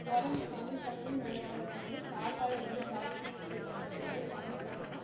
உடம்பு கம்மி பண்ணணும்னு நினைக்கிறவங்க வந்து சாப்பாடு வந்து ஜாஸ்தி எடுத்துக்க கூடாது கம்மி பண்ணணும்